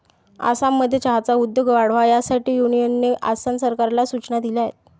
आसाममध्ये चहाचा उद्योग वाढावा यासाठी युनियनने आसाम सरकारला सूचना दिल्या आहेत